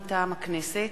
מטעם הכנסת: